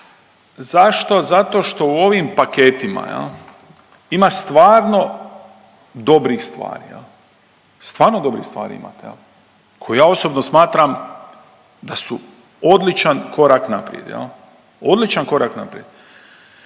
zašto, zato što u ovim paketima ima stvarno dobrih stvari. Stvarno dobrih stvari imate koje ja osobno smatram da su odličan korak naprijed. Odličan korak naprijed